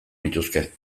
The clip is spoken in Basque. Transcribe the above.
nituzke